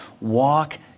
walk